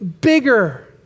bigger